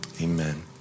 amen